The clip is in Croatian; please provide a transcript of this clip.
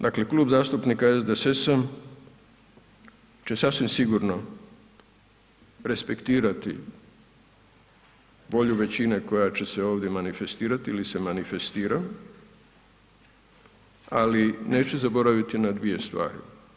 Dakle, Klub zastupnika SDSS-a će sasvim sigurno respektirati volju većinu koja će se ovdje manifestirati ili se manifestira, ali neće zaboraviti na dvije stvari.